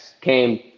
came